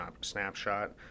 snapshot